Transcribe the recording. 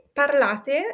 parlate